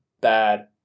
bad